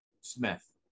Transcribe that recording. Smith